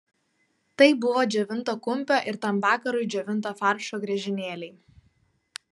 tai buvo džiovinto kumpio ir tam vakarui džiovinto faršo griežinėliai